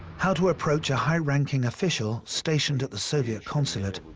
how to approach a high-ranking official stationed at the soviet consulate,